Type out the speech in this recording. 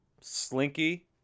Slinky